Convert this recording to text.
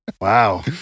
Wow